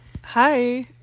Hi